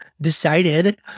decided